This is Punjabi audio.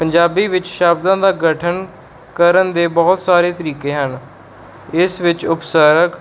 ਪੰਜਾਬੀ ਵਿੱਚ ਸ਼ਬਦਾਂ ਦਾ ਗਠਨ ਕਰਨ ਦੇ ਬਹੁਤ ਸਾਰੇ ਤਰੀਕੇ ਹਨ ਇਸ ਵਿੱਚ ਉਪਸਾਰਕ